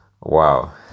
Wow